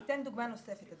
אני אתן דוגמה נוספת.